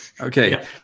okay